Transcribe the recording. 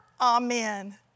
amen